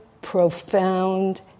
profound